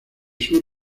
sur